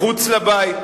מחוץ לבית.